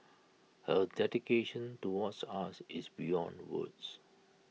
her dedication towards us is beyond words